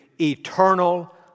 eternal